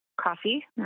Coffee